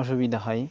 অসুবিধা হয়